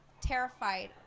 terrified